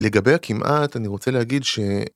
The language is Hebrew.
לגבי הכמעט אני רוצה להגיד ש.